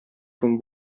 con